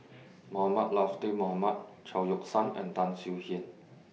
Mohamed Latiff Mohamed Chao Yoke San and Tan Swie Hian